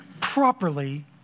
properly